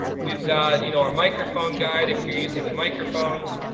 we've got you know, our microphone guide if you're using the microphones.